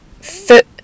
foot